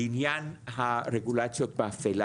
לעניין הרגולציות באפלה.